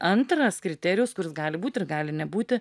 antras kriterijus kuris gali būt ir gali nebūti